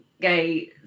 gay